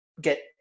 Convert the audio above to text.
get